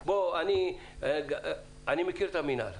אני מכיר את המנהל.